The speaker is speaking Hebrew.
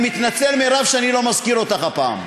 אני מתנצל, מירב, שאני לא מזכיר אותך הפעם.